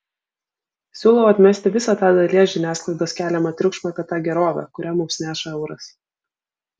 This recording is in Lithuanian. siūlau atmesti visą tą dalies žiniasklaidos keliamą triukšmą apie tą gerovę kurią mums neša euras